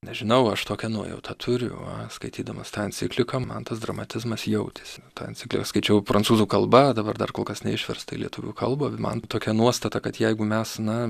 nežinau aš tokią nuojautą turiu skaitydamas tą encikliką man tas dramatizmas jautėsi tą encikliką skaičiau prancūzų kalba dabar dar kol kas neišversta į lietuvių kalbą man tokia nuostata kad jeigu mes na